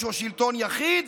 או של שלטון יחיד?